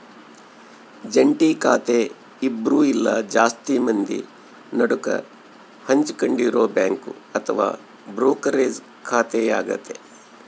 ಜಂಟಿ ಖಾತೆ ಇಬ್ರು ಇಲ್ಲ ಜಾಸ್ತಿ ಮಂದಿ ನಡುಕ ಹಂಚಿಕೊಂಡಿರೊ ಬ್ಯಾಂಕ್ ಅಥವಾ ಬ್ರೋಕರೇಜ್ ಖಾತೆಯಾಗತೆ